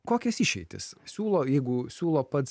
kokias išeitis siūlo jeigu siūlo pats